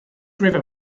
river